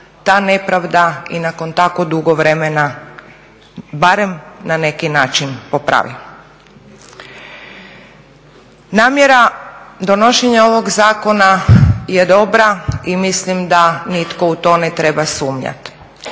ta nepravda i nakon tako dugo vremena barem na neki način popravi. Namjera donošenja ovog zakona je dobra i mislim da nitko u to ne treba sumnjati.